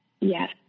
Yes